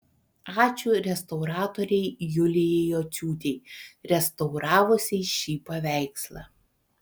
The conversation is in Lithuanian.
ačiū restauratorei julijai jociūtei restauravusiai šį paveikslą